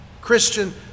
Christian